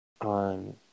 on